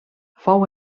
fou